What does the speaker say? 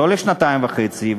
ולא לשנתיים וחצי,